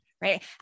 right